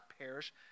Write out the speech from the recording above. perish